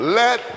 let